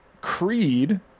Creed